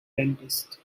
dentist